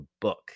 book